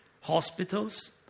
hospitals